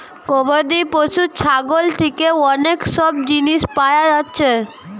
গবাদি পশু ছাগল থিকে অনেক সব জিনিস পায়া যাচ্ছে